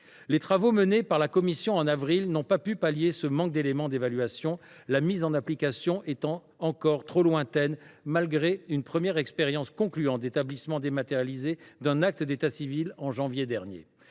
Les travaux menés par la commission en avril dernier n’ont pas pu pallier ce manque, la mise en application étant encore trop lointaine, malgré une première expérience concluante d’établissement dématérialisé d’un acte d’état civil en janvier 2024.